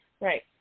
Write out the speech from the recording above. Right